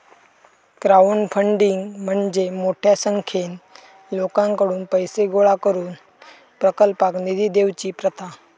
crowdfunding म्हणजे मोठ्या संख्येन लोकांकडुन पैशे गोळा करून प्रकल्पाक निधी देवची प्रथा